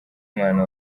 umwana